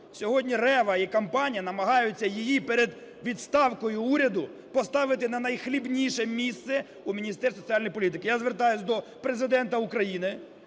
Сьогодні Рева і компанія намагаються її перед відставкою уряду поставити на найхлібніше місце у Міністерстві соціальної політики. Я звертаюсь до Президента України,